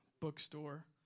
bookstore